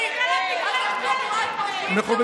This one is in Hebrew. אתם חבורה של פושעים.